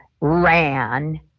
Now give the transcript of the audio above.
ran